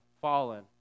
fallen